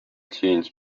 genes